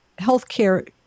healthcare